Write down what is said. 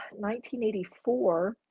1984